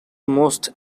most